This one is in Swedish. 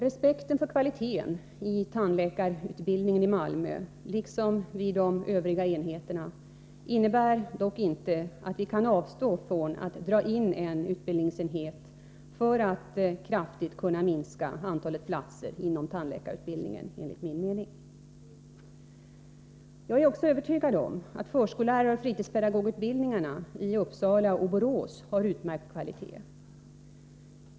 Respekten för kvaliteten på tandläkarutbildningen i Malmö, liksom vid de övriga enheterna, innebär dock enligt min mening inte att vi kan avstå från att dra in en utbildningsenhet för att kraftigt kunna minska antalet platser inom tandläkarutbildningen. Jag är också övertygad om att förskolläraroch fritidspedagogutbildningarna i Uppsala och Borås har utmärkt kvalitet.